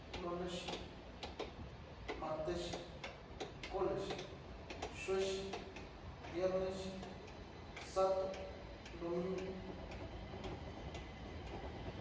Lonexi, martexi, colexi, chuexi, sato, nrumungu.